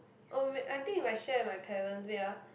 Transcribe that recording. oh man I think if I share with my parents wait ah